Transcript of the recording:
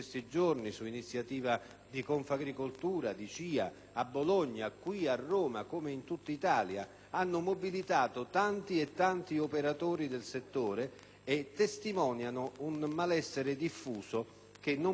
di Confagricoltura e di CIA a Bologna e qui a Roma come in tutta Italia, hanno mobilitato tanti e tanti operatori del settore e testimoniano un malessere diffuso, che non può essere sottovalutato.